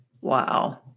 Wow